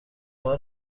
بار